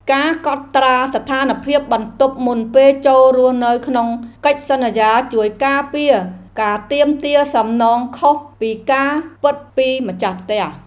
ការកត់ត្រាស្ថានភាពបន្ទប់មុនពេលចូលរស់នៅក្នុងកិច្ចសន្យាជួយការពារការទាមទារសំណងខុសពីការពិតពីម្ចាស់ផ្ទះ។